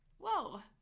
whoa